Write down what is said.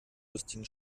lustigen